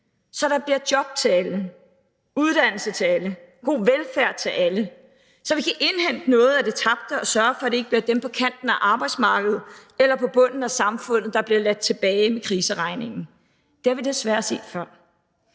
så der bliver job til alle, uddannelse til alle, god velfærd til alle, så vi kan indhente noget af det tabte og sørge for, at det ikke bliver dem på kanten af arbejdsmarkedet eller på bunden af samfundet, der bliver ladt tilbage med kriseregningen. Det har vi desværre set før.